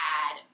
add